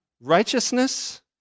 righteousness